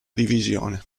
divisione